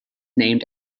named